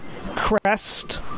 crest